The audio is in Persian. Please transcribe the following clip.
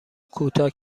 کوتاه